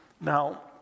Now